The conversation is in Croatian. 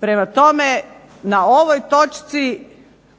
Prema tome, na ovoj točci